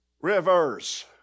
Reverse